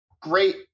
great